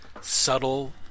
subtle